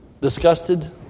disgusted